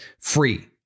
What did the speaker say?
free